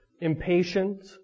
Impatient